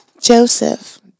joseph